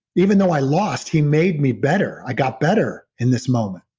even though i lost he made me better. i got better in this moment.